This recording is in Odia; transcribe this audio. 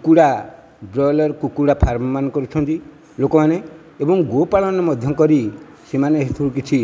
କୁକୁଡ଼ା ବ୍ରଏଲର କୁକୁଡ଼ା ଫାର୍ମ ମାନ କରୁଛନ୍ତି ଏବଂ ଗୋପାଳନ ମଧ୍ୟ କରି ସେମାନେ ଏଥିରୁ କିଛି